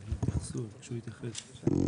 (היו"ר אברהם בצלאל)